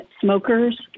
smokers